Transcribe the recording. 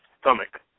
stomach